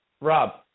Rob